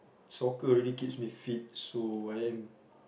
soccer really keeps me fit so I am